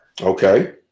Okay